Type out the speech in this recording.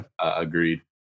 Agreed